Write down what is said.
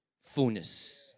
Fullness